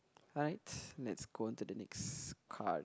alright let's go on to the next card